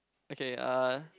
okay uh